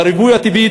והריבוי הטבעי,